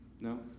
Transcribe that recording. No